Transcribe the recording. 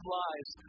lives